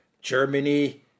Germany